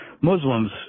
Muslims